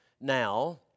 now